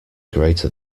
greater